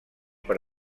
per